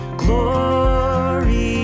glory